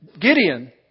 Gideon